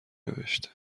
نوشته